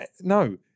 no